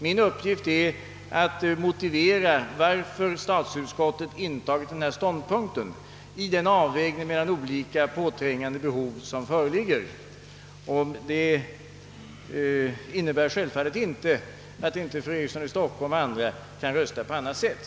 Min uppgift är att motivera varför statsutskottet intagit denna ståndpunkt i sin avvägning mellan olika påträngande behov, och det innebär självfallet inte att jag vill förmena fru Eriksson och andra att rösta på annat sätt.